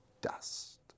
dust